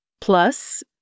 Plus